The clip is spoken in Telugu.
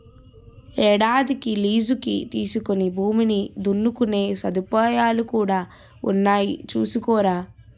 ఏడాదికి లీజుకి తీసుకుని భూమిని దున్నుకునే సదుపాయాలు కూడా ఉన్నాయి చూసుకోరా